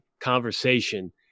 conversation